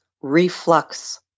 Reflux